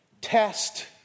test